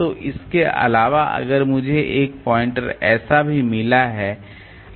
तो इसके अलावा अगर मुझे एक पॉइंटर ऐसा भी मिला है